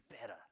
better